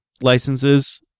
licenses